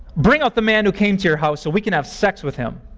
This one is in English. bring out the man who came to your house so we can have sex with him